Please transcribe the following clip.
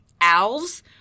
owls